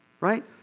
right